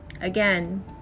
Again